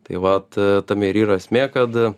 tai vat tame ir yra esmė kad